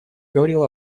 говорил